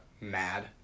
mad